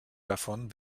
davon